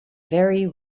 very